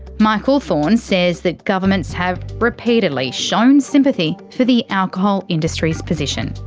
michael thorn says that governments have repeatedly shown sympathy for the alcohol industry's position.